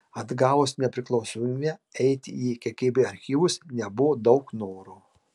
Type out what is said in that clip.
atgavus nepriklausomybę eiti į kgb archyvus nebuvo daug noro